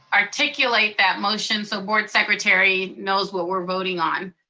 articulate that motion so board secretary knows what we're voting on.